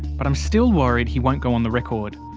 but i'm still worried he won't go on the record.